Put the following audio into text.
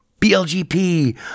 BLGP